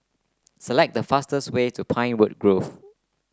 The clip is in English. select the fastest way to Pinewood Grove